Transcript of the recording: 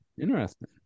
Interesting